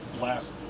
last